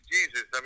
Jesus